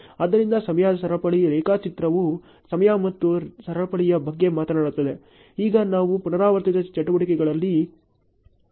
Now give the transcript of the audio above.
ಆದ್ದರಿಂದ ಸಮಯ ಸರಪಳಿ ರೇಖಾಚಿತ್ರವು ಸಮಯ ಮತ್ತು ಸರಪಳಿಯ ಬಗ್ಗೆ ಮಾತನಾಡುತ್ತದೆ ಈಗ ನಾವು ಪುನರಾವರ್ತಿತ ಚಟುವಟಿಕೆಗಳಲ್ಲಿ ತೊಡಗಿದ್ದೇವೆ